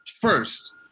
first